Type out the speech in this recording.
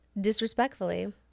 Disrespectfully